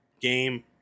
game